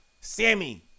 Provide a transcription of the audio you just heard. Sammy